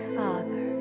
father